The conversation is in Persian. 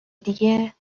دیگه